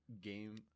game